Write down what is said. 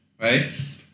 right